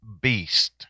beast